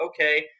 okay